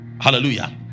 hallelujah